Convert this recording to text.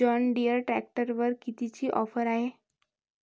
John Deere ट्रॅक्टरवर कितीची offer हाये?